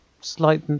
slight